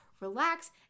relax